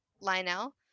Lionel